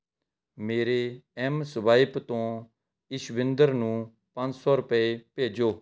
ਮੇਰੇ M swipe ਤੋਂ ਇਸ਼ਵਿੰਦਰ ਨੂੰ ਪੰਜ ਸੌ ਰੁਪਏ ਭੇਜੋ